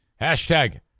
hashtag